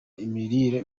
imirire